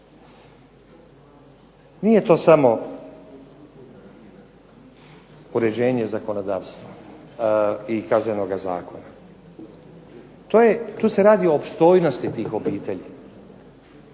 Nije to samo uređenje zakonodavstva i Kaznenoga zakona. Tu se radi o opstojnosti tih obitelji.